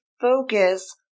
focus